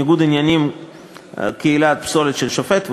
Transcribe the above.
ניגוד עניינים כעילת פסלות של שופט ועוד.